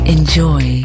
Enjoy